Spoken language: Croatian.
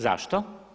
Zašto?